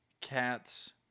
cat's